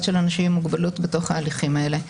של אנשים עם מוגבלות בתוך ההליכים האלה.